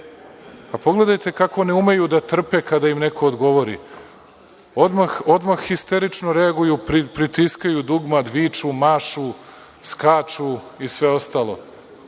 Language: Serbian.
diktaturi. Pogledajte kako ne umeju da trpe kada im neko odgovori. Odmah histerično reaguju, pritiskaju dugmad, viču, mašu, skaču i sve ostalo.